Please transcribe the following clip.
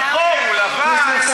השחור הוא לבן,